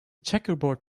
checkerboard